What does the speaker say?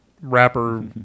rapper